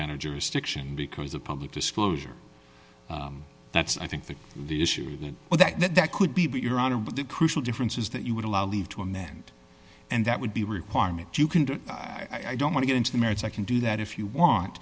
managers stiction because of public disclosure that's i think that the issue that well that that that could be but your honor but the crucial difference is that you would allow leave to amend and that would be a requirement you can do i don't want to go into the merits i can do that if you want